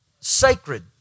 sacred